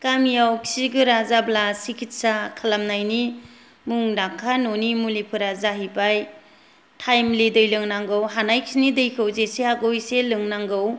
गामियाव खि गोरा जाब्ला सिकित्सा खालामनायनि मुंदांखा न'नि मुलिफोरा जाहैबाय टाइमलि दै लोंनांगौ हानायखिनि दैखौ जेसे हायो एसे लोंनांगौ